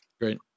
Great